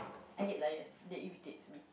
I hate liars they irritates me